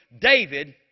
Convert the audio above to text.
David